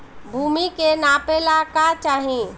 भूमि के नापेला का चाही?